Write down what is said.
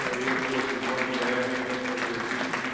ah the air force is lucky to have you as their chief.